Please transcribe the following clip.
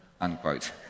Unquote